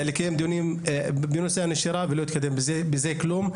לקיים דיונים בנושא הנשירה ולא יקרה עם זה כלום.